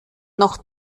noch